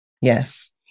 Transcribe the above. Yes